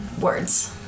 words